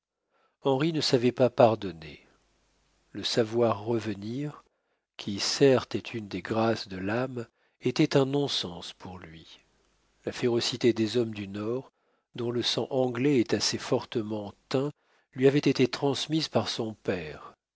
henri ne savait pas pardonner le savoir revenir qui certes est une des grâces de l'âme était un non-sens pour lui la férocité des hommes du nord dont le sang anglais est assez fortement teint lui avait été transmise par son père